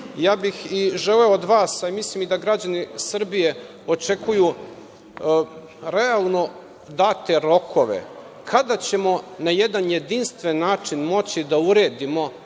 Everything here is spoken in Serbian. bih od vas, a mislim i da građani Srbije očekuju realno date rokove, kada ćemo na jedan jedinstven način moći da uredimo